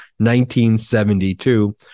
1972